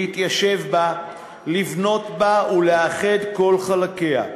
להתיישב בה, לבנות בה ולאחד כל חלקיה.